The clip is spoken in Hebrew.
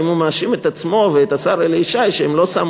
האם הוא מאשים את עצמו ואת השר אלי ישי שהם לא שמו